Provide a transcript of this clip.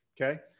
Okay